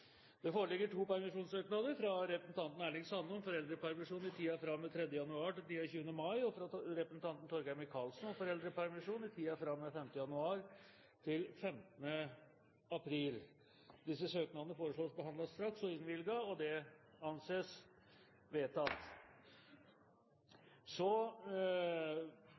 Det foreligger to permisjonssøknader: fra representanten Erling Sande om foreldrepermisjon i tiden fra og med 3. januar til og med 29. mai fra representanten Torgeir Micaelsen om foreldrepermisjon i tiden fra og med 5. januar til og med 15. april Etter forslag fra presidenten ble enstemmig besluttet: Søknadene behandles straks og